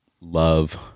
love